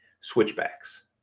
switchbacks